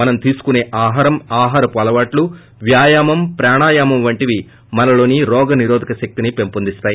మనం తీసుకునే ఆహారం ఆహారపు అలవాట్లు వ్యాయామం ప్రాణయామం వంటివి మనలోని రోగనిరోధక శక్తిని పెంచొందిస్తాయి